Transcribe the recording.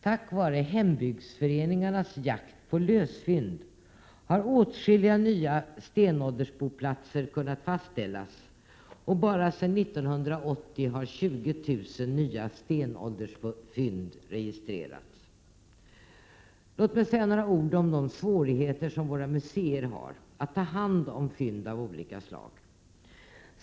Tack vare hembygdsföreningarnas jakt på lösfynd har åtskilliga nya stenåldersboplatser kunnat fastställas, och bara sedan 1980 har 20 000 nya stenåldersfynd registrerats. Låt mig säga några ord om de svårigheter som våra museer har när det gäller att ta hand om fynd av olika slag.